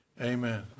Amen